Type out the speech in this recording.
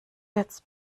jetzt